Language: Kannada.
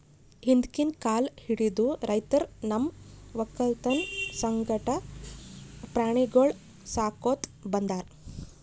ಹಿಂದ್ಕಿನ್ ಕಾಲ್ ಹಿಡದು ರೈತರ್ ತಮ್ಮ್ ವಕ್ಕಲತನ್ ಸಂಗಟ ಪ್ರಾಣಿಗೊಳಿಗ್ ಸಾಕೋತ್ ಬಂದಾರ್